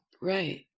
Right